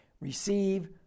receive